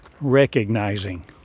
recognizing